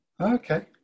okay